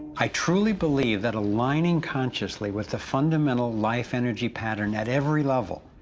i truly believe that aligning consciously with a fundamental life energy pattern at every level,